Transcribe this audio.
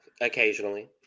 Occasionally